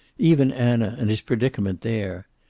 even anna, and his predicament there.